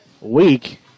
week